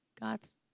God's